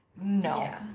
No